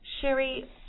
Sherry